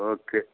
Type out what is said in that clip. okay